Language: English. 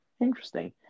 Interesting